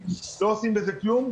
ואנחנו בוחנים את כל הנושאים,